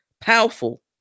powerful